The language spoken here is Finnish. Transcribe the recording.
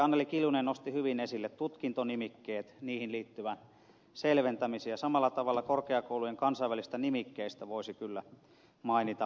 anneli kiljunen nosti hyvin esille tutkintonimikkeet niihin liittyvän selventämisen ja samalla tavalla korkeakoulujen kansainvälisten nimikkeiden selventämisen tarpeesta voisi kyllä mainita